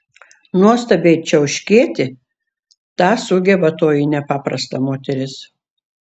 nuostabiai čiauškėti tą sugeba toji nepaprasta moteris